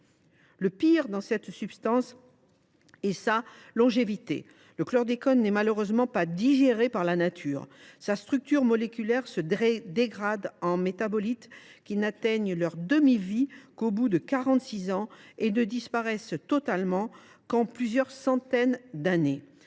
Le pire dans cette substance est sa longévité. Le chlordécone n’est malheureusement pas digéré par la nature. Sa structure moléculaire se dégrade en métabolites qui n’atteignent leur demi vie qu’au bout de 46 ans et ne disparaissent totalement qu’après plusieurs centaines d’années.